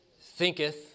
thinketh